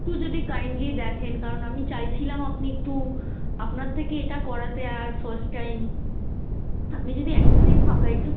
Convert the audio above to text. একটু যদি কাইন্ডলি দেখেন কারণ আমি চাইছিলাম আপনি একটু আপনার থেকে এটা করাতে আর ফার্স্ট টাইম আপনি যদি একটা দিন ফাঁকা একটু